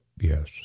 Yes